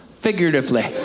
figuratively